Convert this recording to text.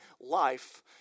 life